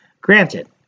Granted